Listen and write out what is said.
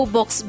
Box